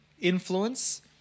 influence